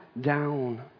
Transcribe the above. down